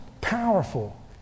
powerful